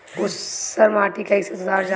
ऊसर माटी कईसे सुधार जाला?